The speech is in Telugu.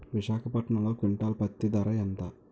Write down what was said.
విశాఖపట్నంలో క్వింటాల్ పత్తి ధర ఎంత?